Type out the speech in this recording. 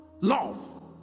Love